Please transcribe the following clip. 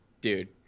dude